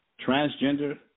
transgender